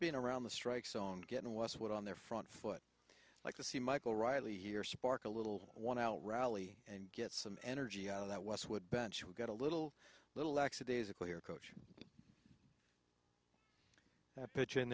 being around the strike zone getting westwood on their front foot like to see michael riley here spark a little one out rally and get some energy out of that westwood bench will get a little little laxity as a player coach pitchin